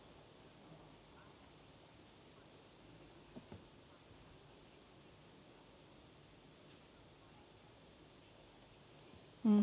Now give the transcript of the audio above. mm